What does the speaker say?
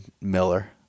Miller